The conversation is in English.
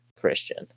Christian